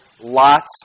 lots